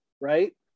Right